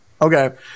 Okay